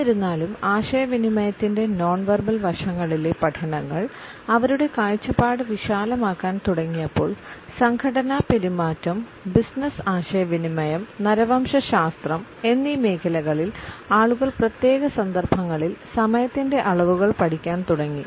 എന്നിരുന്നാലും ആശയവിനിമയത്തിന്റെ non verbal വശങ്ങളിലെ പഠനങ്ങൾ അവരുടെ കാഴ്ചപ്പാട് വിശാലമാക്കാൻ തുടങ്ങിയപ്പോൾ സംഘടനാ പെരുമാറ്റം ബിസിനസ്സ് ആശയവിനിമയം നരവംശശാസ്ത്രം എന്നീ മേഖലകളിൽ ആളുകൾ പ്രത്യേക സന്ദർഭങ്ങളിൽ സമയത്തിന്റെ അളവുകൾ പഠിക്കാൻ തുടങ്ങി